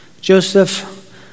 Joseph